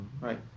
Right